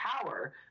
power